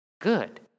Good